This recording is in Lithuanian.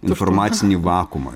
informacinį vakuumą